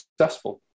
successful